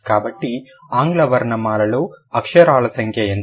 కాబట్టి ఆంగ్ల వర్ణమాలలోని అక్షరాల సంఖ్య ఎంత